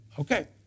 Okay